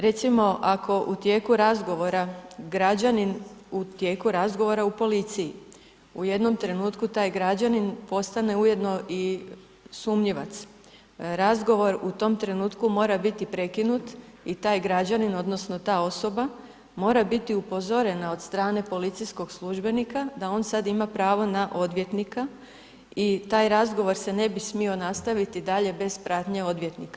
Recimo, ako u tijeku razgovora građanin, u tijeku razgovora u policiji u jednom trenutku taj građanin postane ujedno i sumnjivac, razgovor u tom trenutku mora biti prekinut i taj građanin, odnosno ta osoba mora biti upozorena od strane policijskog službenika da on sad ima pravo na odvjetnika i taj razgovor se ne bi smio nastaviti dalje bez pratnje odvjetnika.